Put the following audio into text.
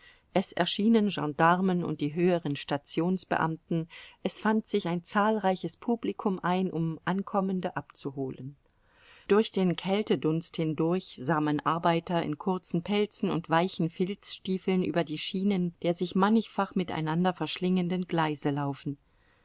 es erschienen gendarmen und die höheren stationsbeamten es fand sich ein zahlreiches publikum ein um ankommende abzuholen durch den kältedunst hindurch sah man arbeiter in kurzen pelzen und weichen filzstiefeln über die schienen der sich mannigfach miteinander verschlingenden gleise laufen